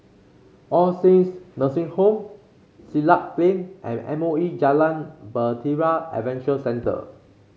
All Saints Nursing Home Siglap Plain and M O E Jalan Bahtera Adventure Centre